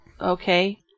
okay